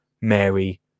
Mary